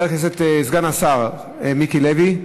סגן השר מיקי לוי,